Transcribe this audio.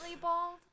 bald